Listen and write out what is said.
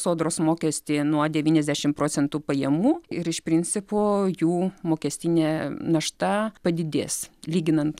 sodros mokestį nuo devyniasdešimt procentųt pajamų ir iš principo jų mokestinė našta padidės lyginant